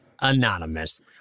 Anonymous